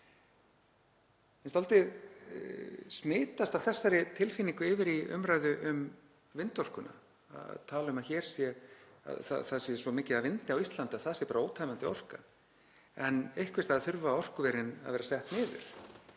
finnst dálítið smitast af þessari tilfinningu yfir í umræðu um vindorkuna, að tala um að það sé svo mikið af vindi á Íslandi að það sé bara ótæmandi orka. En einhvers staðar þurfa orkuverin að vera sett niður